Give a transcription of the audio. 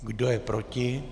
Kdo je proti?